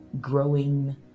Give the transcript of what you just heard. growing